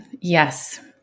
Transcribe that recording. Yes